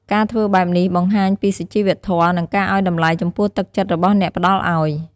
ការធ្វើបែបនេះ បានបង្ហាញពីសុជីវធម៌ និងការឲ្យតម្លៃចំពោះទឹកចិត្តរបស់អ្នកផ្តល់ឲ្យ។